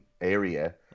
area